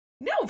no